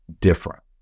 different